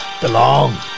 belong